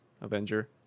Avenger